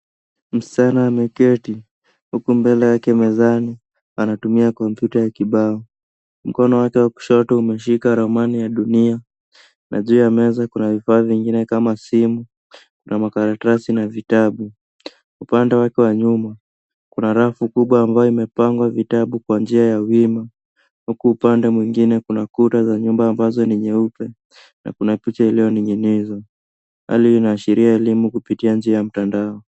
Msichana ameketi, huku mbele yake mezani anatumia kompyuta ya kibao. Mkono wake wa kushoto umeshika ramani ya dunia. Na juu ya meza kuna vifaa vingine kama simu, na makaratasi na vitabu. Upande wake wa nyuma, kuna rafu kubwa ambayo imepangwa vitabu kwa njia ya wima. Huku upande mwingine kuna kuta za nyumba ambazo ni nyeupe. Na kuna picha iliyoning'inizwa. Hali hii inaashiria elimu kupitia njia ya mtandao.